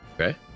okay